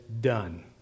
done